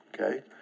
okay